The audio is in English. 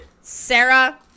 Sarah